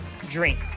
drink